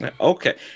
Okay